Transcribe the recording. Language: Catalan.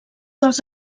dels